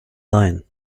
lion